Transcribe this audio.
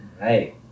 Right